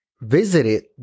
visited